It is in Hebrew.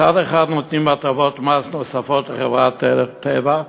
מצד אחד נותנים הטבות מס נוספות לחברת "טבע",